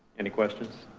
any questions?